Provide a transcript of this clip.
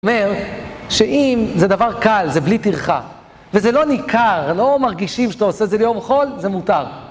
אומר, שאם זה דבר קל, זה בלי טרחה, וזה לא ניכר, לא מרגישים שאתה עושה את זה ליום חול, זה מותר.